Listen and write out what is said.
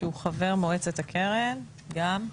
חבר מועצת הקרן גם.